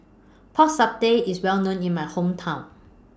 Pork Satay IS Well known in My Hometown